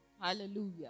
Hallelujah